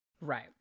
Right